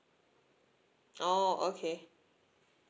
oh okay